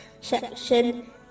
section